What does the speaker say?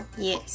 Yes